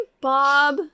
Bob